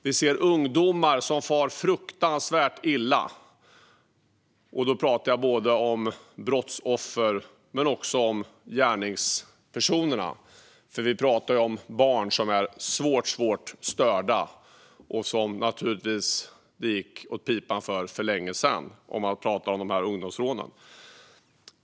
Vi ser ungdomar som far fruktansvärt illa, och då pratar jag både om brottsoffer och om gärningspersoner. Vi pratar om barn som är svårt störda och som det för länge sedan har gått åt pipan för när vi pratar om ungdomsrånen.